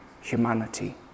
humanity